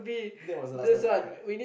that was the last time I cried